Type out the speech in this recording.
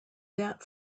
that